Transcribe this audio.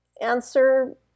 answer